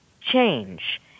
change